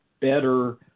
better